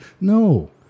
No